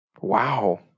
Wow